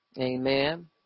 amen